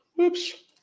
Oops